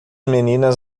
meninas